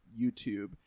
YouTube